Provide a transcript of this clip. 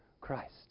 Christ